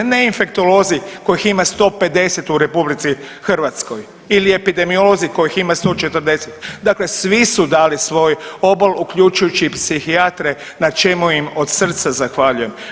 Ne infektolozi kojih ima 150 u RH ili epidemiolozi kojih ima 140, dakle svi su dali svoj obol uključujući i psihijatre na čemu im od srca zahvaljujem.